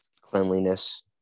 cleanliness